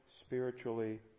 spiritually